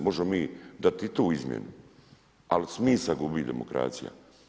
Možemo mi dati i tu izmjenu, ali smisao gubi demokracija.